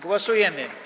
Głosujemy.